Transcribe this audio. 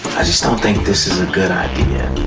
i just don't think this is a good idea.